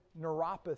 neuropathy